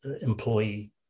employee